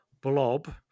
blob